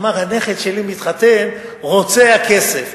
אמר: הנכד שלי מתחתן, רוצה הכסף.